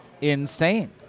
insane